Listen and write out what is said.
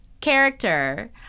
character